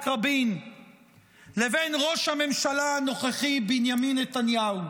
רבין לבין ראש הממשלה הנוכחי בנימין נתניהו,